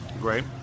Great